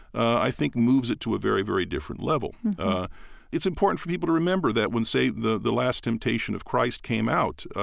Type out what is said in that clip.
i think, moves it to a very, very different level it's important for people to remember that when, say, the the last temptation of christ came out,